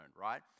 right